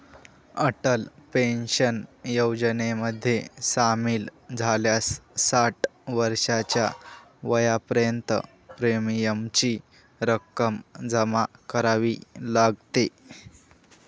Atal pension योजनेमध्ये सामील झाल्यास साठ वर्षाच्या वयापर्यंत प्रीमियमची रक्कम जमा करावी लागते